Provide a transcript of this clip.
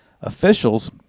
Officials